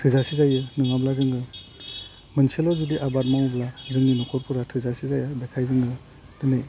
थोजासे जायो नङाब्ला जोङो मोनसेल' जुदि आबाद मावब्ला जोंनि नख'रफोरा थाजासे जाया बेखाय जोङो दिनै